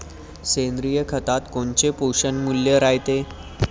सेंद्रिय खतात कोनचे पोषनमूल्य रायते?